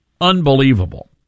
Unbelievable